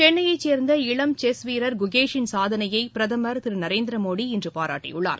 சென்னைய சேர்ந்த இளம் செஸ் வீரர் குகேஷுள் சாதனையை பிரதமர் திரு நரேந்திர மோதி இன்று பாராட்டியுள்ளார்